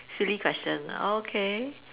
silly question ah okay